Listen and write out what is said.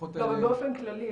באופן כללי,